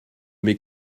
mes